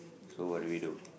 so what do we do